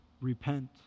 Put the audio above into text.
repent